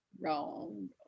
Wrong